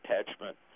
attachment